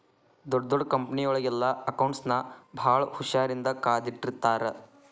ಡೊಡ್ ದೊಡ್ ಕಂಪನಿಯೊಳಗೆಲ್ಲಾ ಅಕೌಂಟ್ಸ್ ನ ಭಾಳ್ ಹುಶಾರಿನ್ದಾ ಕಾದಿಟ್ಟಿರ್ತಾರ